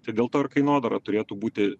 tai dėl to ir kainodara turėtų būti